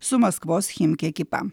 su maskvos chimki ekipa